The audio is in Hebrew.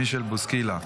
מישל בוסקילה.